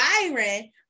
Byron